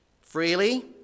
freely